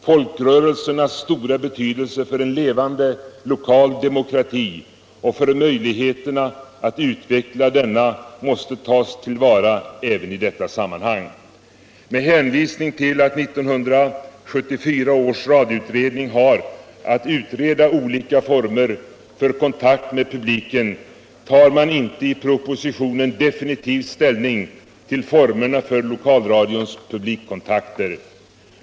Folkrörelsernas stora betydelse för en levande lokal demokrati och för möjligheterna att utveckla denna måste tas till vara även i detta sammanhang. Med hänvisning till att 1974 års radioutredning har att utreda olika former för kontakt med publiken tar man inte i propositionen definitiv ställning till formerna för lokalradions publikkontakter.